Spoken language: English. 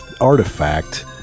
artifact